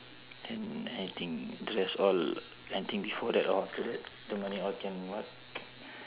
then anything dress all I think before that or after that the money all can what